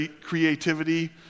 creativity